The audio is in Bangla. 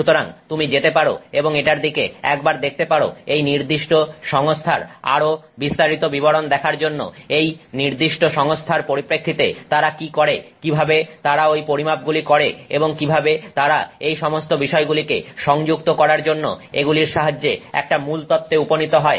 সুতরাং তুমি যেতে পারো এবং এটার দিকে একবার দেখতে পারো এই নির্দিষ্ট সংস্থার আরো বিস্তারিত বিবরণ দেখার জন্য এই নির্দিষ্ট সংস্থার পরিপ্রেক্ষিতে তারা কি করে কিভাবে তারা ঐ পরিমাপগুলি করে এবং কিভাবে তারা এই সমস্ত বিষয়গুলিকে সংযুক্ত করার জন্য এগুলোর সাহায্যে একটা মূলতত্ত্বে উপনীত হয়